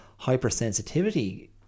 hypersensitivity